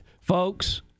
Folks